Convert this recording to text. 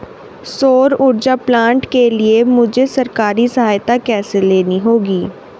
सौर ऊर्जा प्लांट के लिए मुझे सरकारी सहायता कैसे लेनी होगी?